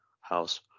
house